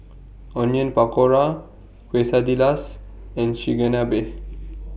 Onion Pakora Quesadillas and Chigenabe